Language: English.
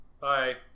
Bye